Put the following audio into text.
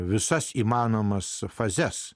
visas įmanomas fazes